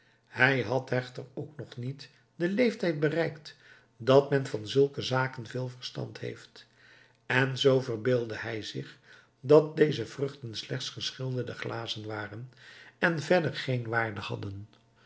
hij had echter ook nog niet den leeftijd bereikt dat men van zulke zaken veel verstand heeft en zoo verbeeldde hij zich dat deze vruchten slechts geschilderde glazen waren en verder geen waarde hadden